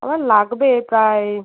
আমার লাগবে প্রায়